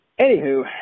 Anywho